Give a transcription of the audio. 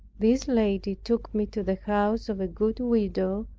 this lady took me to the house of a good widow,